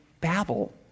Babel